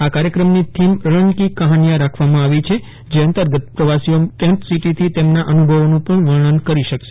આં કાર્યક્રમની થીમ ેરન કી કહાનિયાં રાખવામાં આવી છે જે અંતર્ગત પ્રવાસીઓ ટેન્ટ સિટીથી તેમના અનુભવોનું પણ વર્ણન કરી શકશે